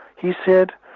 he said,